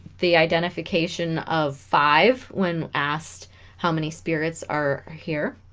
the identification of five when asked how many spirits are here